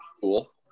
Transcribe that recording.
cool